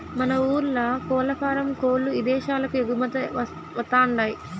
మన ఊర్ల కోల్లఫారం కోల్ల్లు ఇదేశాలకు ఎగుమతవతండాయ్